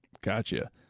gotcha